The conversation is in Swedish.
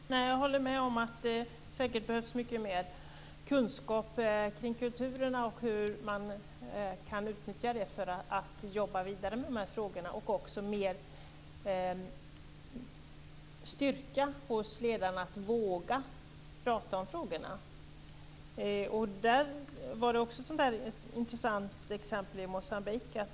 Fru talman! Jag håller med om att man säkert behöver mycket mer av kunskap om kulturerna för att kunna jobba vidare med de här frågorna. Det krävs även mer av styrka hos ledarna när det gäller att våga prata om frågorna. I Mo?ambique fick vi ett intressant exempel.